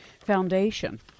foundation